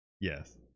Yes